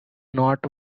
not